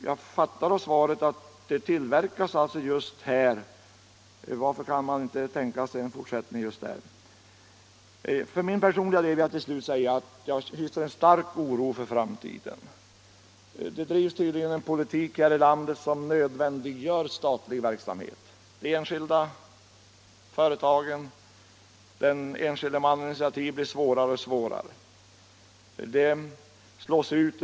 Jag uppfattar svaret så att detta system tillverkas i Lövånger. Varför kan man då inte tänka sig en fortsättning av den verksamheten? Personligen hyser jag en stark oro för framtiden. Det bedrivs tydligen en politik här i landet som nödvändiggör statlig verksamhet. Det blir svårare och svårare att ta enskilda initiativ och att driva enskilda företag.